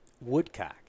Woodcock